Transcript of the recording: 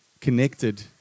connected